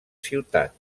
ciutat